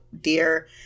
dear